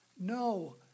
no